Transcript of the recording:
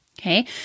Okay